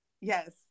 Yes